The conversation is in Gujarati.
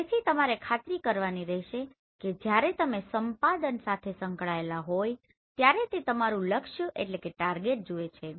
તેથી તમારે ખાતરી કરવાની રહેશે કે જ્યારે તમે સંપાદન સાથે સંકળાયેલા હોય ત્યારે તે તમારું લક્ષ્ય જુએ છે